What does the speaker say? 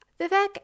Vivek